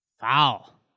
Foul